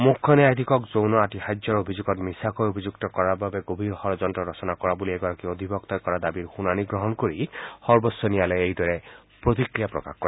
মুখ্য ন্যায়াধীশক যৌন আতিশায্যৰ অভিযোগত মিছাকৈ অভিযুক্ত কৰাৰ বাবে গভীৰ ষড়যন্ত্ৰ ৰচনা কৰা বুলি এগৰাকী অধিবক্তাই কৰা দাবীৰ শুনানি গ্ৰহণ কৰি সৰ্বোচ্চ ন্যায়ালয়ে এইদৰে প্ৰতিক্ৰিয়া প্ৰকাশ কৰে